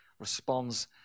responds